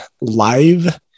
live